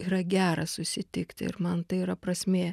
yra gera susitikti ir man tai yra prasmė